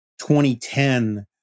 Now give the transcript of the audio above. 2010